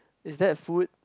is that food